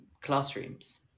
classrooms